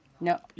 No